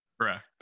correct